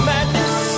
Madness